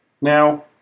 Now